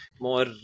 more